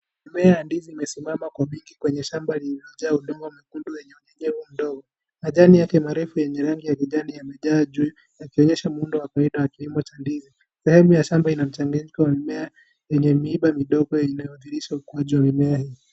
Mimea ya ndizi imesimama kwa wingi kwenye shamba limejaa undongo nyekundu yenye unyevu mdogo, majani yake marefu yenye rangi ya kijani yamejaa juu yakionyesha muundo wa kilimo cha ndizi. Sehemu ya shamba ina mchanganyiko wa mimea yenye miiba midogo inayoadhirisha ugonjwa wa mimea hio.